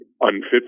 unfit